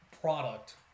product